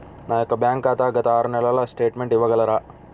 నా యొక్క బ్యాంక్ ఖాతా గత ఆరు నెలల స్టేట్మెంట్ ఇవ్వగలరా?